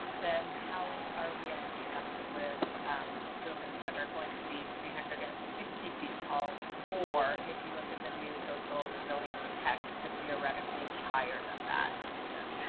then, how are we ending up with buildings that are going to be three hundred and sixty feet tall? or if you look at the new coastal resiliency texts could theoretically be higher than that even.